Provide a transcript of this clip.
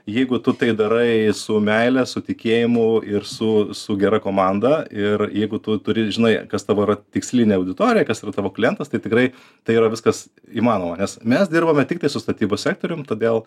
jeigu tu tai darai su meile su tikėjimu ir su su gera komanda ir jeigu tu turi žinai kas tavo tikslinė auditorija kas tavo klientas tai tikrai tai yra viskas įmanoma nes mes dirbame tiktai su statybos sektoriumi todėl